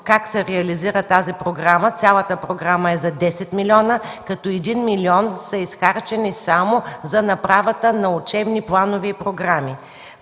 как се реализира тази програма. Цялата програма е за 10 милиона, като 1 милион са изхарчени само за направата на учебни планове и програми.